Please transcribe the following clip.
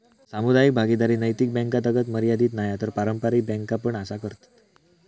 सामुदायिक भागीदारी नैतिक बॅन्कातागत मर्यादीत नाय हा तर पारंपारिक बॅन्का पण असा करतत